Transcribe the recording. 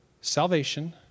salvation